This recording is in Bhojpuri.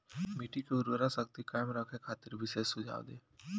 मिट्टी के उर्वरा शक्ति कायम रखे खातिर विशेष सुझाव दी?